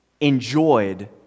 enjoyed